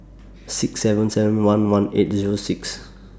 six seven seven one one eight Zero six